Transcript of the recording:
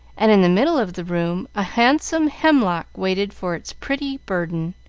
and in the middle of the room a handsome hemlock waited for its pretty burden.